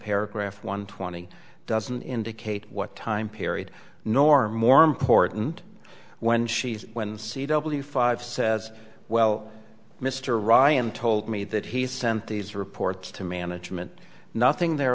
paragraph one twenty doesn't indicate what time period nor more important when she's when c w five says well mr ryan told me that he sent these reports to management nothing the